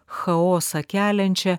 chaosą keliančią